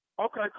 Okay